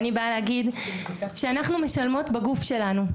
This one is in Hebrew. אני באה להגיד, שאנחנו משלמות בגוף שלנו,